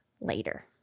later